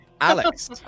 Alex